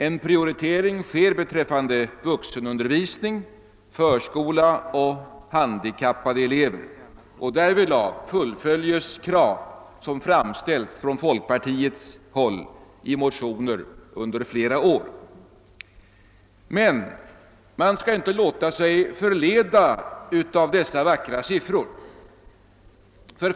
En prioritering sker beträffande vuxenundervisning, förskola och handikappade elever, och därvidlag uppfylls krav som under flera år framförts i motioner från folkpartihåll. Men man skall inte låta sig förledas av dessa vackra siffror.